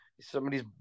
somebody's